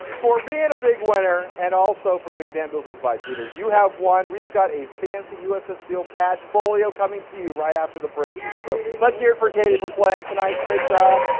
for being a big winner and also for getting bamboozled by peter, you have won, we've got a fancy usf seal padfolio coming to you right after the break. yay! here, so let's hear it for katie for playing tonight great job.